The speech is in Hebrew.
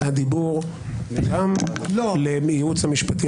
על שלטון החוק וגם ביכולת של בתי המשפט.